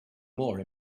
more